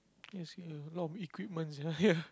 you see uh a lot of equipments are here